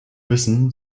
wissen